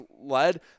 led